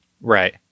Right